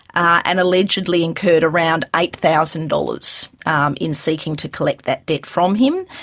and allegedly incurred around eight thousand dollars um in seeking to collect that debt from him,